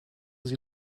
sie